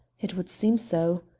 it would seem so.